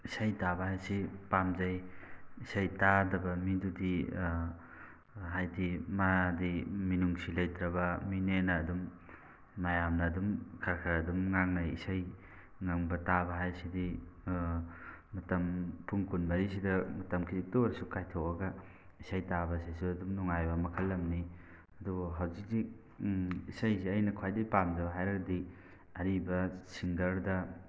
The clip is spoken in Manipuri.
ꯏꯁꯩ ꯇꯥꯕ ꯍꯥꯏꯕꯁꯤ ꯄꯥꯝꯖꯩ ꯏꯁꯩ ꯇꯥꯗꯕ ꯃꯤꯗꯨꯗꯤ ꯍꯥꯏꯗꯤ ꯃꯥꯗꯤ ꯃꯤꯅꯨꯡꯁꯤ ꯂꯩꯇ꯭ꯔꯕ ꯃꯤꯅꯦꯅ ꯑꯗꯨꯝ ꯃꯌꯥꯝꯅ ꯑꯗꯨꯝ ꯈꯔ ꯈꯔ ꯑꯗꯨꯝ ꯉꯥꯡꯅꯩ ꯏꯁꯩ ꯉꯪꯕ ꯇꯥꯕ ꯍꯥꯏꯁꯤꯗꯤ ꯃꯇꯝ ꯄꯨꯡ ꯀꯨꯟꯃꯔꯤꯁꯤꯗ ꯃꯇꯝ ꯈꯤꯖꯤꯛꯇ ꯑꯣꯏꯔꯁꯨ ꯀꯥꯏꯊꯣꯛꯑꯒ ꯏꯁꯩ ꯇꯥꯕꯁꯤꯁꯨ ꯑꯗꯨꯝ ꯅꯨꯡꯉꯥꯏꯕ ꯃꯈꯜ ꯑꯃꯅꯤ ꯑꯗꯨꯕꯨ ꯍꯧꯖꯤꯛ ꯍꯧꯖꯤꯛ ꯏꯁꯩꯁꯦ ꯑꯩꯅ ꯈ꯭ꯋꯥꯏꯗꯒꯤ ꯄꯥꯝꯖꯕ ꯍꯥꯏꯔꯒꯗꯤ ꯑꯔꯤꯕ ꯁꯤꯡꯒꯔꯗ